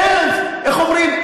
איך אומרים?